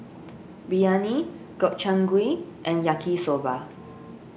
Biryani Gobchang Gui and Yaki Soba